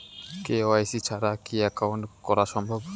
KYC ছাড়া কি account করা সম্ভব?